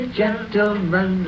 gentlemen